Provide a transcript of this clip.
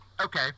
Okay